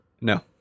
No